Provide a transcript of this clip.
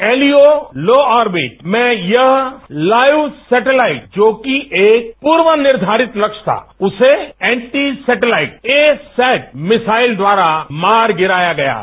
LEO low orbit में यह लायू सैटेलाइट जो कि एक पूर्व निर्धारित लक्ष्य था उसे anti satellite A SAT missile द्वारा मार गिराया गया है